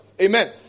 Amen